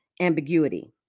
ambiguity